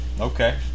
Okay